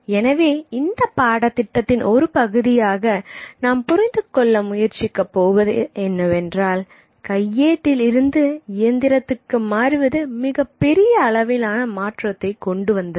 எனவே இந்தப் பாடத்திட்டத்தின் ஒருபகுதியாக நாம் புரிந்து கொள்ள முயற்சிக்க போவது என்னவென்றால் கையேட்டில் இருந்து இயந்திரத்துக்கு மாறுவது மிகப்பெரிய அளவிலான மாற்றத்தை கொண்டுவந்தது